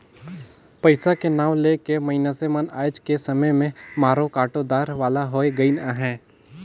पइसा के नांव ले के मइनसे मन आएज के समे में मारो काटो दार वाले होए गइन अहे